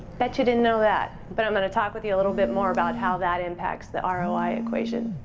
bet you didn't know that. but i'm going to talk with you a little bit more about how that impacts the um roi equation.